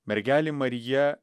mergelė marija